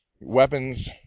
weapons